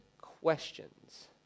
questions